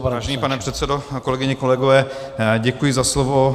Vážený pane předsedající, kolegyně, kolegové, děkuji za slovo.